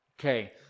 Okay